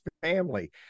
family